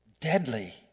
deadly